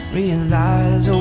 realize